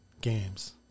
games